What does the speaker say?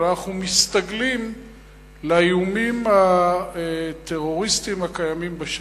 אבל אנחנו מסתגלים לאיומי הטרוריסטים הקיימים בשטח.